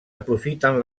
aprofiten